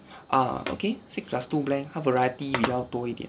ah okay six plus two blank 他 variety 比较多一点